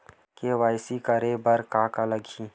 KYC करे बर का का लगही?